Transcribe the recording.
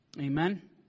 Amen